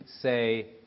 say